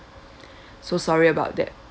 so sorry about that